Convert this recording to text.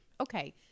Okay